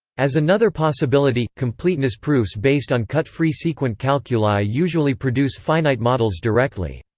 as another possibility, completeness proofs based on cut-free sequent calculi usually produce finite models directly.